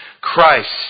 Christ